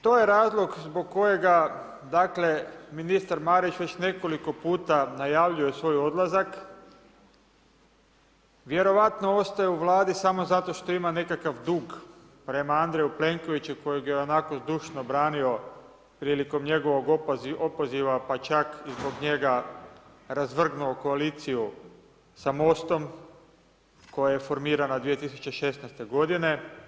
To je razlog zbog kojega dakle ministar Marić već nekoliko puta najavljuje svoj odlazak, vjerojatno ostaje u Vladi samo zato što ima nekakav dug prema Andreju Plenkoviću kojeg je onako zdušno branio prilikom njegovog opoziva pa čak i zbog njega razvrgnuo koaliciju sa MOST-om koja je formirana 2016. godine.